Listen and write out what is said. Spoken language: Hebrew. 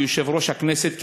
כיושב-ראש הכנסת,